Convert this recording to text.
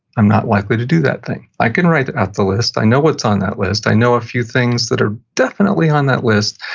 i'm not likely to do that thing. i can write out the list, i know what's on that list, i know a few things that are definitely on that list,